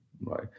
right